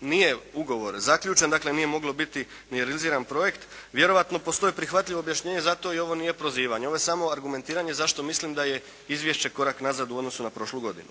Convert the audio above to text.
nije ugovor zaključen, dakle nije mogao biti ni realiziran projekt. Vjerojatno postoji prihvatljivo rješenje za to. I ovo nije prozivanje, ovo je samo argumentiranje zašto mislim da je izvješće korak nazad u odnosu na prošlu godinu.